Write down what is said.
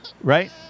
right